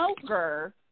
smoker